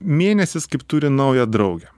mėnesis kaip turi naują draugę